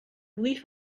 relief